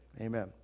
Amen